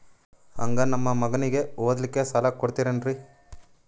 ಹಂಗ ನಮ್ಮ ಮಗನಿಗೆ ಓದಲಿಕ್ಕೆ ಸಾಲ ಕೊಡ್ತಿರೇನ್ರಿ?